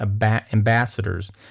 ambassadors